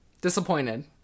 Disappointed